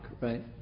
right